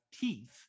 teeth